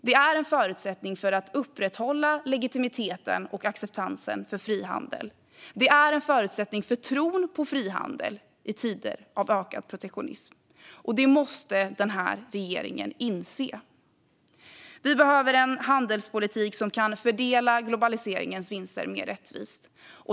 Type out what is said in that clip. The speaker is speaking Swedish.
Det är en förutsättning för att upprätthålla legitimiteten och acceptansen för frihandel. Det är en förutsättning för tron på frihandel i tider av ökad protektionism. Det måste den här regeringen inse. Vi behöver en handelspolitik som kan fördela globaliseringens vinster mer rättvist.